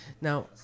Now